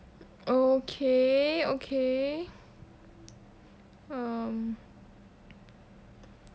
okay okay um